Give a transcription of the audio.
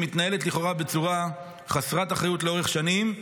שמתנהלת לכאורה בצורה חסרת אחריות לאורך שנים,